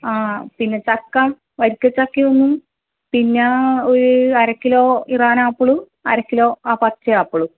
ആ പിന്നെ ചക്കം വരിക്കച്ചക്ക ഒന്നും പിന്നെ ആ ഒര് അരകിലോ ഇറാൻ ആപ്പിളും അര കിലോ ആ പച്ച ആപ്പിളും